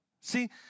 See